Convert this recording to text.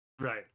Right